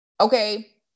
Okay